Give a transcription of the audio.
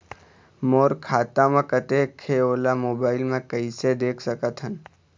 मोर खाता म कतेक हे ओला मोबाइल म कइसे देख सकत हन?